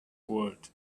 world